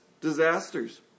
disasters